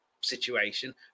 situation